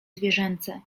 zwierzęce